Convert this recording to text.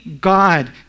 god